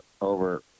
over